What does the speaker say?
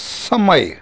સમય